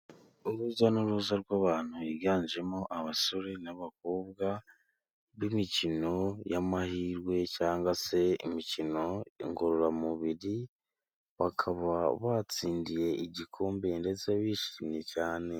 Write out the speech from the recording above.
Urujya n'uruza rw'abantu higanjemo abasore n'abakobwa b'imikino y'amahirwe cyangwa se imikino ngororamubiri, bakaba batsindiye igikombe ndetse bishimye cyane.